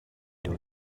till